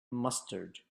mustard